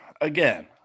again